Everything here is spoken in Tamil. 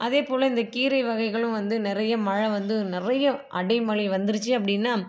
அதேபோல இந்த கீரை வகைகளும் வந்து நிறைய மழை வந்து நிறைய அடை மழை வந்துருச்சு அப்படின்னா